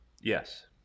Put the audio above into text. Yes